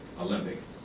Olympics